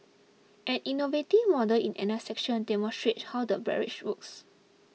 an innovative model in another section demonstrate how the barrage works